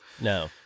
No